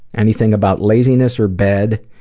anything about laziness or bed,